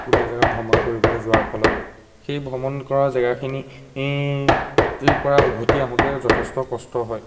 কোনো এজেগাত ভ্ৰমণ কৰিবলৈ যোৱাৰ পাছত সেই ভ্ৰমণ কৰা জেগাখিনিৰ পৰা উভতি আহোঁতে যথেষ্ট কষ্ট হয়